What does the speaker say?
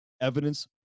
evidence